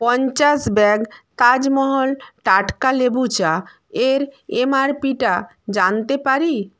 পঞ্চাশ ব্যাগ তাজমহল টাটকা লেবু চা এর এমআরপিটা জানতে পারি